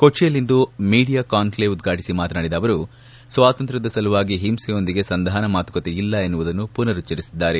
ಕೊಚ್ಚಿಯಲ್ಲಿಂದು media conclave ಉದ್ವಾಟಿಸಿ ಮಾತನಾಡಿದ ಅವರು ಸ್ವಾತಂತ್ರ್ವದ ಸಲುವಾಗಿ ಹಿಂಸೆಯೊಂದಿಗೆ ಸಂಧಾನ ಮಾತುಕತೆ ಇಲ್ಲ ಎನ್ನುವುದನ್ನು ಪುನರುಚ್ಚರಿಸಿದ್ದಾರೆ